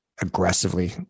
aggressively